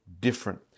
different